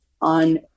on